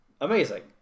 amazing